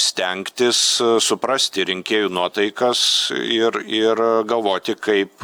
stengtis suprasti rinkėjų nuotaikas ir ir galvoti kaip